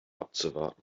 abzuwarten